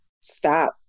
stop